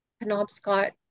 Penobscot